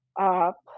up